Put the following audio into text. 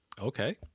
Okay